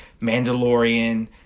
Mandalorian